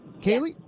Kaylee